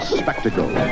spectacle